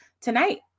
tonight